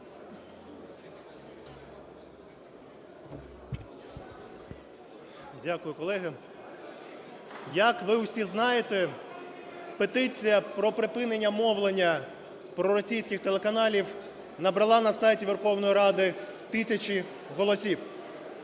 Дякую, колеги. Як ви всі знаєте, петиція про припинення мовлення проросійських телеканалів набрала на сайті Верховної Ради тисячі голосів.